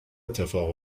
اتفاق